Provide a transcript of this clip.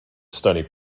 stony